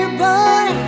boy